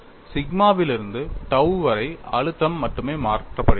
சிக்மாவிலிருந்து tau வரை அழுத்தம் மட்டுமே மாற்றப்படுகிறது